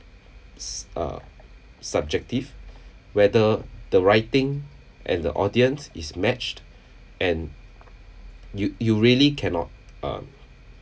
s~ uh subjective whether the writing and the audience is matched and you you really cannot um